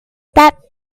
that